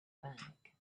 back